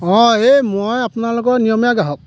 অ' এ মই আপোনালোকৰ নিয়মীয়া গ্ৰাহক